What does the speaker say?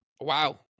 wow